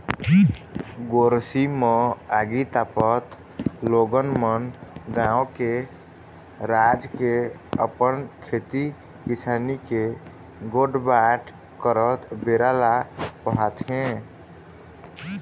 गोरसी म आगी तापत लोगन मन गाँव के, राज के, अपन खेती किसानी के गोठ बात करत बेरा ल पहाथे